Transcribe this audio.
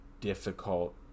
difficult